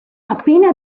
appena